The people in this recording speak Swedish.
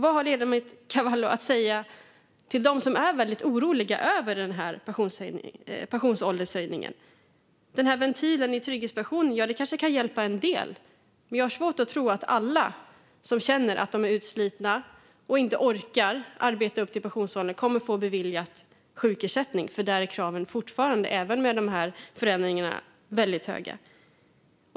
Vad har ledamoten Carvalho att säga till dem som är oroliga över höjningen av pensionsåldern? Ventilen i trygghetspensionen kanske kan hjälpa en del, men jag har svårt att tro att alla som känner att de är utslitna och inte orkar arbeta upp till pensionsåldern kommer att bli beviljade sjukersättning. Där är kraven, även med förändringarna, fortfarande höga.